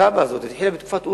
התב"ע הזאת התחילה בתקופת אולמרט,